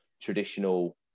traditional